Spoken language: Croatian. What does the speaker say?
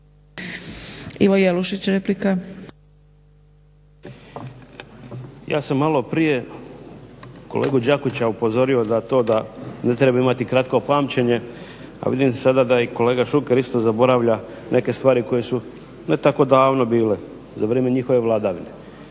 **Jelušić, Ivo (SDP)** Ja sam malo prije kolegu Đakića upozorio na to da ne treba imati kratko pamćenje, a vidim sada da i kolega Šuker isto zaboravlja neke stvari koje su ne tako davno bile za vrijeme njihove vladavine